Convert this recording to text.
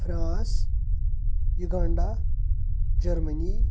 France Uganda Germany